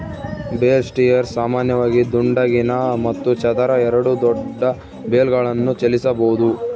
bale spears ಸಾಮಾನ್ಯವಾಗಿ ದುಂಡಗಿನ ಮತ್ತು ಚದರ ಎರಡೂ ದೊಡ್ಡ ಬೇಲ್ಗಳನ್ನು ಚಲಿಸಬೋದು